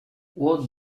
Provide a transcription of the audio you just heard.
what